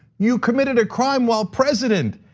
you committed a crime while president.